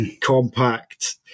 compact